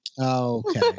Okay